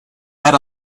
had